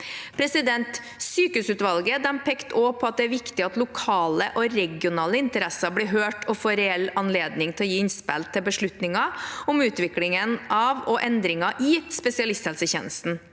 foretaksmøtet. Sykehusutvalget pekte også på at det er viktig at lokale og regionale interesser blir hørt og får reell anledning til å gi innspill til beslutninger om utviklingen av og endringer i spesialisthelsetjenesten.